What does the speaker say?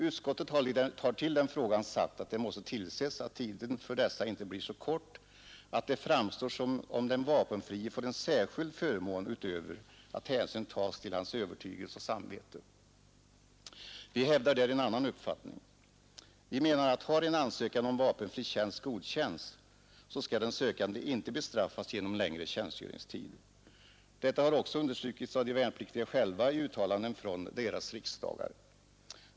Utskottet har till den frågan sagt att det måste tillses att tiden för dessa inte blir så kort att det framstår som om den vapenfrie får en särskild förmån utöver att hänsyn tas till hans övertygelse och samvete. Vi hävdar där en annan uppfattning. Vi menar att har en ansökan om vapenfri tjänst godkänts, så skall den sökande inte bestraffas genom en längre tjänstgöringstid. Detta har också understrukits av de värnpliktiga själva i uttalanden från deras riksdagar.